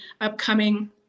upcoming